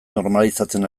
normalizatzen